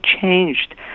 changed